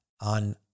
on